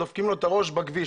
דופקים לו את הראש בכביש.